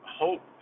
hope